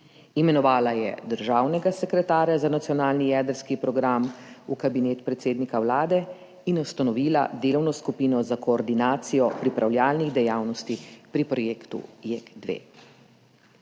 imenovala je državnega sekretarja za nacionalni jedrski program v kabinet predsednika Vlade in ustanovila delovno skupino za koordinacijo pripravljalnih dejavnosti pri projektu JEK2.